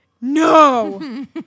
No